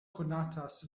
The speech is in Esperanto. konatas